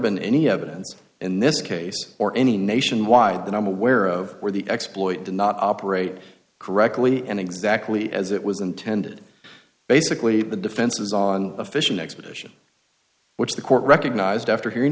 been any evidence in this case or any nationwide that i'm aware of where the exploit did not operate correctly and exactly as it was intended basically the defense was on a fishing expedition which the court recognized after hearing